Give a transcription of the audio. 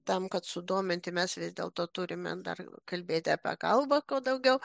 tam kad sudominti mes vis dėlto turime dar kalbėti apie kalbą kuo daugiau